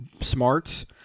smarts